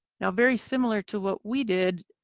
and very similar to what we did,